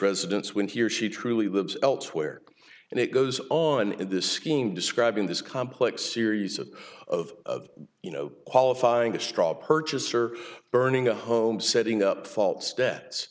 residence when he or she truly lives elsewhere and it goes on in this scheme describing this complex series of of you know qualifying a straw purchase or burning a home setting up false de